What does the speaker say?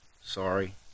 sorry